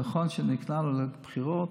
נכון שנקלענו לבחירות,